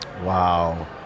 Wow